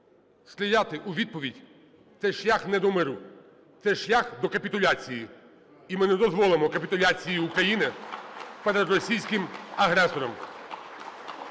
стріляти у відповідь – це шлях не до миру, це шлях до капітуляції. І ми не дозволимо капітуляції України перед російським агресором.